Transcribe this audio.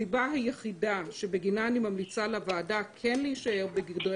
הסיבה היחידה שבגינה אני ממליצה לוועדה להישאר בגדרי